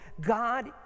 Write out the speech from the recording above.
God